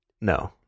No